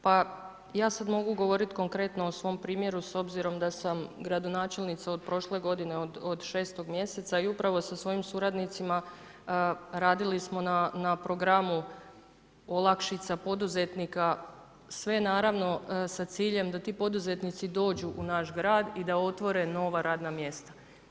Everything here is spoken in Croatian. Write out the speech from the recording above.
Pa ja sada mogu govoriti konkretno o svom primjeru s obzirom da sam gradonačelnica od prošle godine od 6.-og mjeseca i upravo sa svojim suradnicima radili smo na programu olakšica poduzetnika sve naravno sa ciljem da ti poduzetnici dođu u naš grad i da otvore nova radna mjesta.